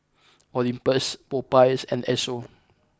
Olympus Popeyes and Esso